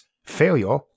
Failure